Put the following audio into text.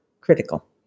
critical